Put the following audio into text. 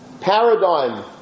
paradigm